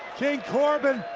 king corbin,